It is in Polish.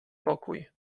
pokój